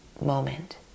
moment